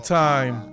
time